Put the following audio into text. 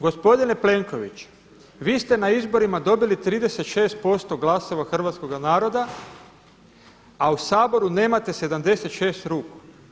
Gospodine Plenković, vi ste na izborima dobili 36% glasova hrvatskoga naroda, a u Saboru nemate 76 ruku.